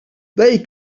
they